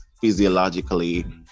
physiologically